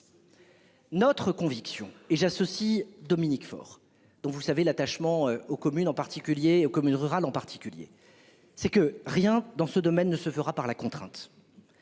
Notre conviction et j'associe Dominique Faure dont vous savez l'attachement aux communes en particulier aux communes rurales en particulier, c'est que rien dans ce domaine ne se fera par la contrainte.